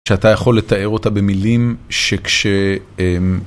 שאתה יכול לתאר אותה במילים שכש...